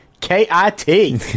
K-I-T